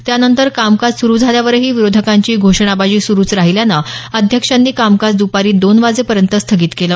त्यानंतर कामकाज सुरु झाल्यावरही विरोधकांची घोषणाबाजी स्रुच राहील्याचं अध्यक्षांनी कामकाज द्रपारी दोन वाजेपर्यंत स्थगित केलं